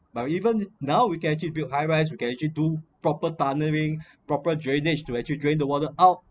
but even now we can actually build high rise we can actually do proper tunnelling proper drainage to actually drain the water out